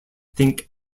think